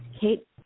Kate